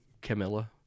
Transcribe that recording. Camilla